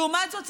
לעומת זאת,